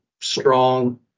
strong